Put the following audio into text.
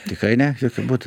tikrai ne jokiu būdu